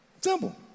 Simple